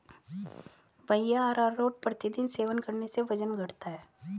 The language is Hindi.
भैया अरारोट प्रतिदिन सेवन करने से वजन घटता है